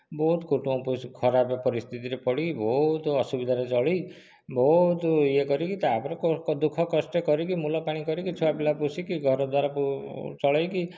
ବହୁତ କୁଟୁମ୍ବ ପୋଷି ଖରାପ ପରିସ୍ଥିତିରେ ପଡ଼ି ବହୁତ ଅସୁବିଧାରେ ଚଳି ବହୁତ ୟେ କରିକି ତାପରେ ଦୁଃଖ କଷ୍ଟ କରିକି ମୁଲପାଣି କରିକି ଛୁଆପିଲା ପୋଷିକି ଘର ଦ୍ୱାର ଚଳେଇକି